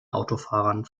autofahrern